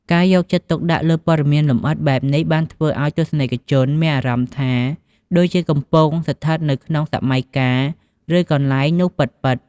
ការយកចិត្តទុកដាក់លើព័ត៌មានលម្អិតបែបនេះបានធ្វើឱ្យ ទស្សនិកជនមានអារម្មណ៍ថាដូចជាកំពុងស្ថិតនៅក្នុងសម័យកាល ឬទីកន្លែងនោះពិតៗ។